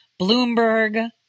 Bloomberg